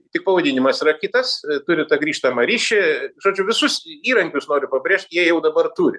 tik pavadinimas yra kitas turi tą grįžtamą ryšį žodžiu visus įrankius noriu pabrėžt jie jau dabar turi